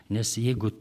nes jeigu